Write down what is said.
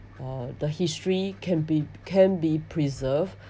uh the history can be can be preserve